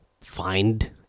find